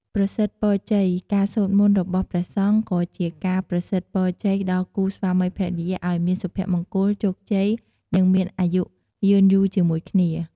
ប្រសិទ្ធពរជ័យ ការសូត្រមន្តរបស់ព្រះសង្ឃក៏ជាការប្រសិទ្ធពរជ័យដល់គូស្វាមីភរិយាឱ្យមានសុភមង្គល ជោគជ័យ និងមានអាយុយឺនយូរជាមួយគ្នា។